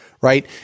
right